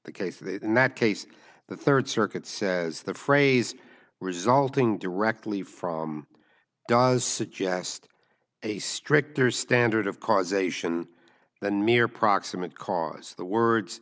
the case that in that case the third circuit says the phrase resulting directly from does suggest a stricter standard of causation than mere proximate cause the words